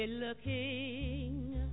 Looking